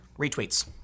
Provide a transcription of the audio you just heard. retweets